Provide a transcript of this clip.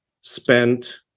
spent